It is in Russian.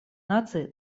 наций